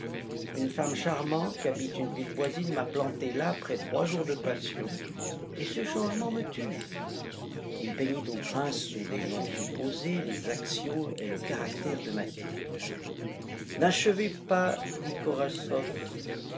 une femme charmante qui habite une ville voisine m'a planté là après trois jours de passion et ce changement me tue il peignit au prince sous des noms supposés les actions et le caractère de mathilde n'achevez pas dit